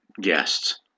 guests